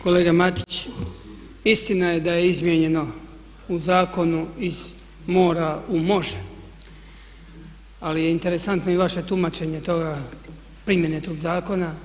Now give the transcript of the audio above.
Kolega Matić, istina je da je izmijenjeno u zakonu iz mora u može ali je interesantno i vaše tumačenje toga, primjene tog zakona.